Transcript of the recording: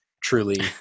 truly